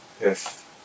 Yes